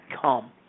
come